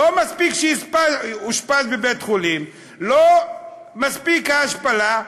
לא מספיק שאושפז בבית-חולים, לא מספיקה ההשפלה,